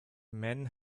men